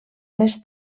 més